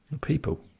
People